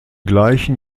gleichen